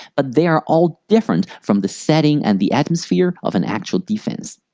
but they are all different from the setting and the atmosphere of an actual defense.